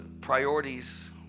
priorities